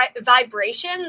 vibration